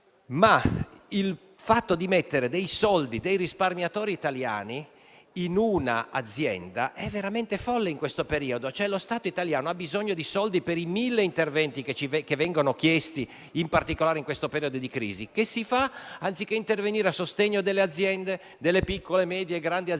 Il fatto di mettere soldi dei risparmiatori italiani in un'azienda è veramente folle, in questo periodo: lo Stato italiano ha bisogno di soldi per i mille interventi che ci vengono chiesti, in particolare in questo periodo di crisi. Cosa si fa? Anziché intervenire a sostegno delle piccole, medie e grandi aziende,